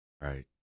Right